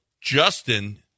Justin